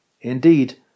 Indeed